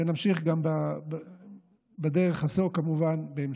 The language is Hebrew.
ונמשיך בדרך הזו, כמובן, גם בהמשך.